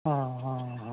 हँ हँ हँ